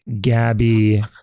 gabby